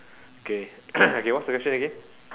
okay okay what's the question again